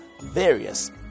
various